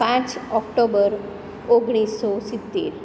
પાંચ ઓકટોબર ઓગણીસસો સિત્તેર